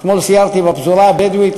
אתמול סיירתי בפזורה הבדואית,